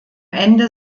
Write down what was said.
ende